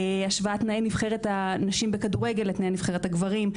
השוואת תנאי נבחרת הנשים בכדורגל לתנאי נבחרת הגברים,